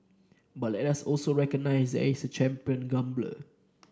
but let us also recognise that he is a champion grumbler